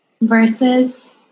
versus